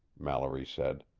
mallory said.